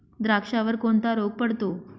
द्राक्षावर कोणता रोग पडतो?